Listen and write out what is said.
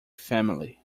family